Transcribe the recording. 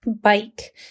bike